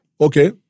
Okay